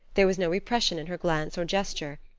there was no repression in her glance or gesture.